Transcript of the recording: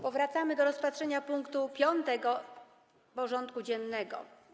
Powracamy do rozpatrzenia punktu 5. porządku dziennego: